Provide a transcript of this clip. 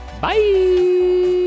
Bye